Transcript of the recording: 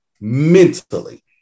mentally